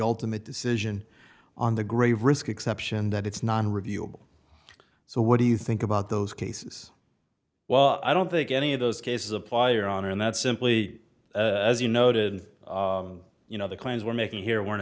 ultimate decision on the grave risk exception that it's non reviewable so what do you think about those cases well i don't think any of those cases apply or honor and that simply as you noted you know the claims we're making here weren't